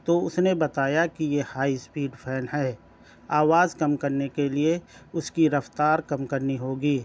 تو اس نے بتایا کی یہ ہائی اسپیڈ فین ہے آواز کم کرنے کے لیے اس کی رفتار کم کرنی ہوگی